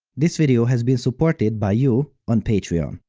this video has been supported by you on patreon.